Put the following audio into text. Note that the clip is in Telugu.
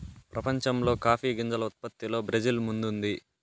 ప్రపంచంలో కాఫీ గింజల ఉత్పత్తిలో బ్రెజిల్ ముందుంది